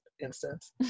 instance